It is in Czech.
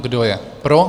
Kdo je pro?